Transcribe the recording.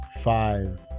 five